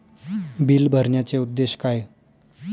Bill भरण्याचे उद्देश काय?